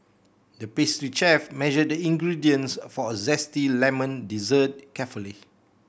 the pastry chef measured the ingredients for a zesty lemon dessert carefully